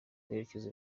kwegereza